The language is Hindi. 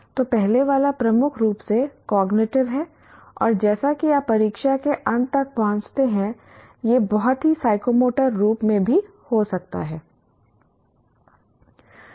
तो पहले वाला प्रमुख रूप से कॉग्निटिव है और जैसा कि आप परीक्षा के अंत तक पहुंचते हैं यह बहुत ही साइकोमोटर रूप में भी हो सकता है